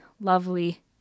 lovely